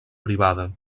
privada